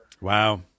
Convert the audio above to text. Wow